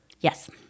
Yes